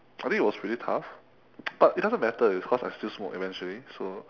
I think it was really tough but it doesn't matter because I still smoke eventually so